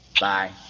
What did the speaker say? bye